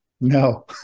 No